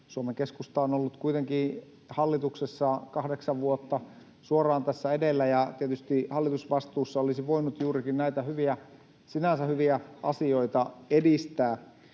Suomen Keskusta on ollut kuitenkin hallituksessa kahdeksan vuotta suoraan tässä edellä, ja tietysti hallitusvastuussa olisi voinut juurikin näitä sinänsä hyviä asioita edistää.